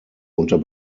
unter